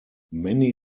many